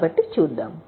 కాబట్టి చూద్దాం